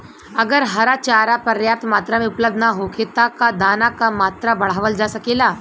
अगर हरा चारा पर्याप्त मात्रा में उपलब्ध ना होखे त का दाना क मात्रा बढ़ावल जा सकेला?